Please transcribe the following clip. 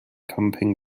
camping